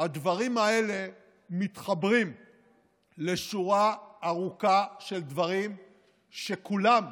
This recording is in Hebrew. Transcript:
הדברים האלה מתחברים לשורה ארוכה של דברים שכולם